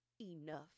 enough